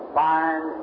fine